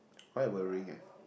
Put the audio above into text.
quite worrying leh